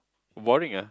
boring ah